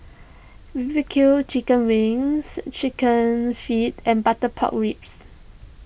V V Q Chicken Wings Chicken Feet and Butter Pork Ribs